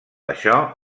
això